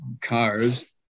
cars